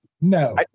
No